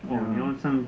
!wah! 你要上